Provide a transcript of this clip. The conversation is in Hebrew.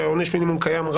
שעונש המינימום קיים.